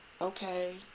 Okay